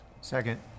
Second